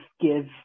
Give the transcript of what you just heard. give